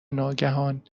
ناگهان